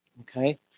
Okay